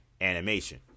animation